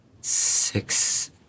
six